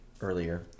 earlier –